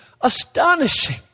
astonishing